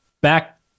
back